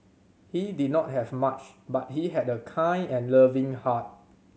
he did not have much but he had a kind and loving heart